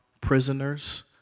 Prisoners